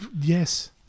Yes